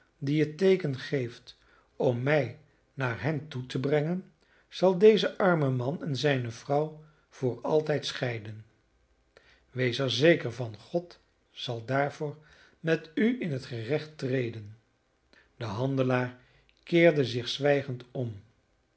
die het teeken geeft om mij naar hen toe te brengen zal dezen armen man en zijne vrouw voor altijd scheiden wees er zeker van god zal daarvoor met u in het gerecht treden de handelaar keerde zich zwijgend om